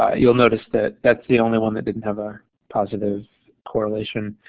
you'll notice that that's the only one that didn't have a positive correlation,